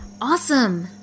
Awesome